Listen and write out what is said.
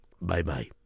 Bye-bye